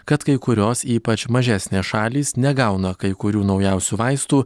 kad kai kurios ypač mažesnės šalys negauna kai kurių naujausių vaistų